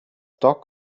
dock